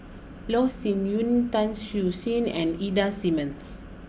Loh Sin Yun Tan Siew Sin and Ida Simmons